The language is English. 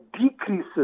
decreases